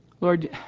Lord